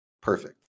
perfect